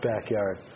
backyard